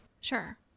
Sure